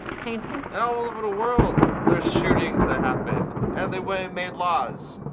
painful. all over the world, there's shootings that happened, and they went and made laws,